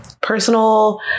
personal